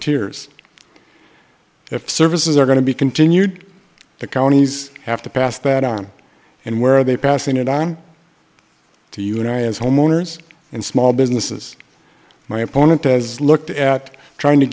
tiers if services are going to be continued the counties have to pass that on and where are they passing it on to unite as homeowners and small businesses my opponent as looked at trying to